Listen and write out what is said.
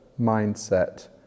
mindset